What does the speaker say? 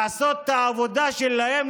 לעשות את העבודה שלהם,